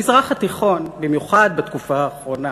במזרח התיכון, במיוחד בתקופה האחרונה,